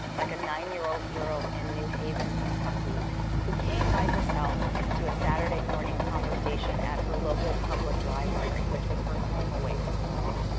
like a nine-year-old girl in new haven, kentucky who came by herself to a saturday morning conversation at her local public library, which was her home away from home.